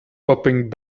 popping